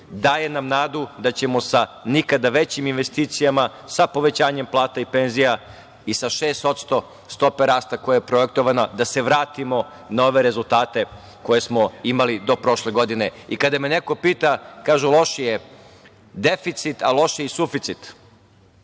daje nam nadu da ćemo sa nikada većim investicijama, sa povećanjem plata i penzija i sa 6% stope rasta, koja je projektovana da se vratimo na ove rezultate koje smo imali do prošle godine. Kada me neko pita, kažu loš je deficit, a loš je i suficit.